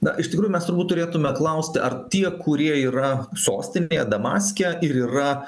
na iš tikrųjų mes turbūt turėtume klausti ar tie kurie yra sostinėje damaske ir yra